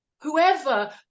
Whoever